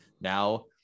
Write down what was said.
now